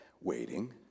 waiting